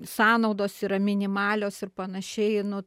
sąnaudos yra minimalios ir panašiai nu